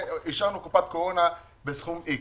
אישרנו קופת קורונה בסכום X,